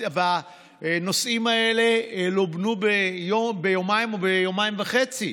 הנושאים האלה לובנו ביומיים או ביומיים וחצי,